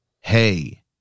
hey